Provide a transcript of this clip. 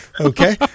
okay